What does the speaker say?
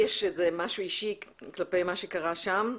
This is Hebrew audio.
יש לי משהו אישי כלפי מה שקרה שם.